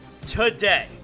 today